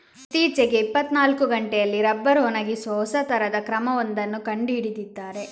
ಇತ್ತೀಚೆಗೆ ಇಪ್ಪತ್ತನಾಲ್ಕು ಗಂಟೆಯಲ್ಲಿ ರಬ್ಬರ್ ಒಣಗಿಸುವ ಹೊಸ ತರದ ಕ್ರಮ ಒಂದನ್ನ ಕಂಡು ಹಿಡಿದಿದ್ದಾರೆ